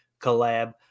collab